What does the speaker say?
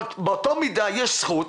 באותה מידה יש זכות